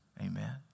amen